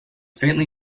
faintly